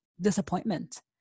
disappointment